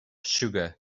sugar